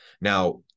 Now